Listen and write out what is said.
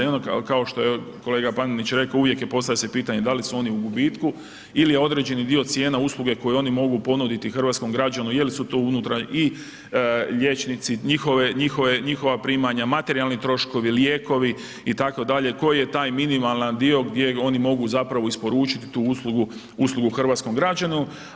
I ono kao što je kolega Panenić rekao, uvijek i postavlja se pitanje da li su oni u gubitku ili je određeni dio cijena, usluge koji oni mogu ponuditi hrvatskom građaninu, je li su tu unutra i liječnici, njihova primanja, materijalni troškovi, lijekovi itd., koji je taj minimalan dio gdje oni mogu zapravo isporučiti tu uslugu, uslugu hrvatskom građaninu.